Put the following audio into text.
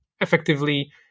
effectively